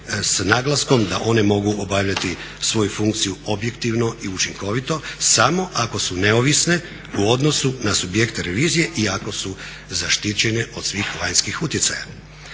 s naglaskom da one mogu obavljati svoju funkciju objektivno i učinkovito samo ako su neovisne u odnosu na subjekte revizije i ako su zaštićene od svih vanjskih utjecaja.